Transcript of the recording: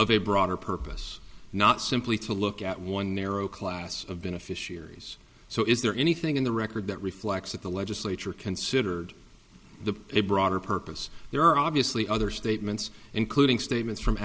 broader purpose not simply to look at one narrow class of beneficiaries so is there anything in the record that reflects that the legislature considered the a broader purpose there are obviously other statements including statements from